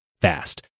fast